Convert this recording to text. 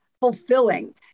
fulfilling